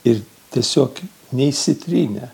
ir tiesiog neišsitrynė